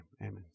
Amen